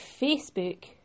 Facebook